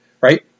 right